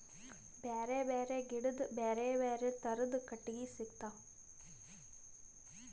ಬ್ಯಾರೆ ಬ್ಯಾರೆ ಗಿಡದ್ ಬ್ಯಾರೆ ಬ್ಯಾರೆ ಥರದ್ ಕಟ್ಟಗಿ ಸಿಗ್ತವ್